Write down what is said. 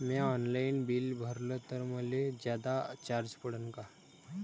म्या online bill भरलं तर मले जादा चार्ज पडन का?